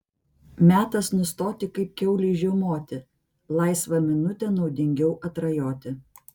metas nustoti kaip kiaulei žiaumoti laisvą minutę naudingiau atrajoti